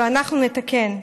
אבל אנחנו נתקן.